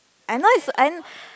I know it's I